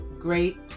great